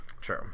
True